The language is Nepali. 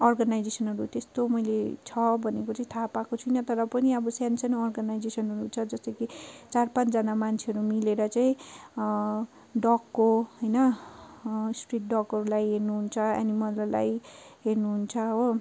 अर्गनाइजेसनहरू त्यस्तो मैले छ भनेको चाहिँ थाहा पाएको छुइनँ तर पनि अब सानसानो अर्गनाइजेसनहरू छ जस्तो कि चार पाँचजना मान्छेहरू मिलेर चाहिँ डगको होइन स्ट्रिट डगहरूलाई हेर्नु हुन्छ एनिमलहरूलाई हेर्नु हुन्छ हो